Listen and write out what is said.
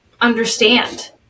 understand